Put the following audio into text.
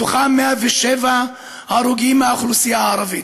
מתוכם 107 הרוגים מהאוכלוסייה הערבית.